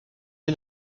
est